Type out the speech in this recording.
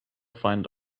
find